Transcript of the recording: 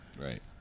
right